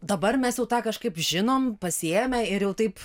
dabar mes jau tą kažkaip žinom pasiėmę ir jau taip